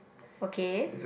okay